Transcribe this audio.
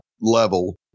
level